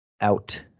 out